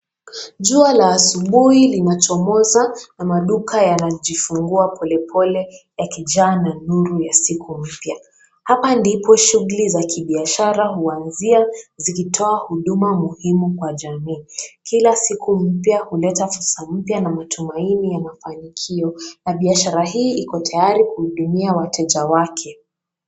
Jua la asubuhi linachomoza na maduka yanajifungua polepole yakijaa na nuru ya siku mpya. Hapa ndipo shughuli za kibiashara huanzia zikitoa huduma muhimu kwa jamii, kila siku mpya huleta pesa mpya na matumaini ya mafanikio ya biashara hii iko tayari kuhudumia wateja wake.